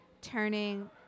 turning